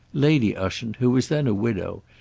lady ushant, who was then a widow,